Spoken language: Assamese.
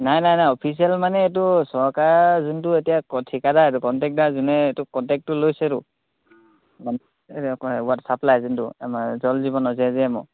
নাই নাই নাই অফিচিয়েল মানে এইটো চৰকাৰ যোনটো এতিয়া ঠিকাদাৰ এইটো কণ্টেক্টাৰ যোনে এইটো কণ্টেক্টো লৈছে আৰু ৱাটাৰ চাপ্লাই যোনটো আমাৰ জল জীৱন জে জে এমৰ